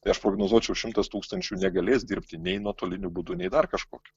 tai aš prognozuočiau šimtas tūkstančių negalės dirbti nei nuotoliniu būdu nei dar kažkokiu